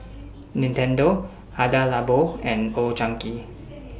Nintendo Hada Labo and Old Chang Kee